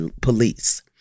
police